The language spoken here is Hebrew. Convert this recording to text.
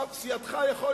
סיעתך,